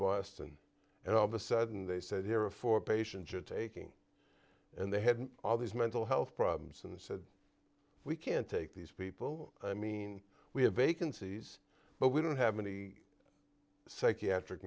boston and all of a sudden they said here are four patients you're taking and they had all these mental health problems and said we can't take these people i mean we have vacancies but we don't have any psychiatric